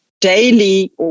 daily